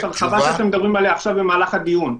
זאת הרחבה שאתם מדברים עליה עכשיו במהלך הדיון.